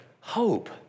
hope